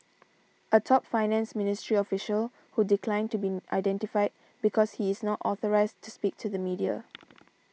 a top finance ministry official who declined to be identified because he is not authorised to speak to the media